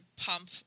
pump